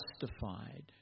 justified